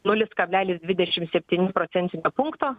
nulis kablelis dvidešim septyni procentinio punkto